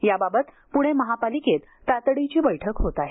याबाबत पुणे महापालिकेत तातडीची बैठक होत आहे